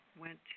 went